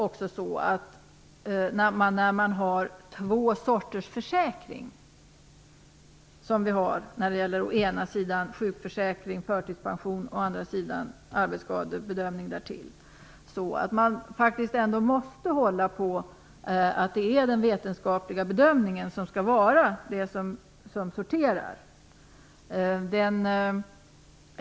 När man, som vi, har två olika försäkringar, å ena sidan sjukförsäkringen med förtidspensionerna och å andra sidan arbetsskadeförsäkringen, måste man hålla på att den vetenskapliga bedömningen skall vara det som avgör vid sorteringen.